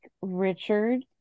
Richard